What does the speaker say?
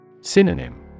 Synonym